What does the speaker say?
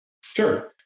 Sure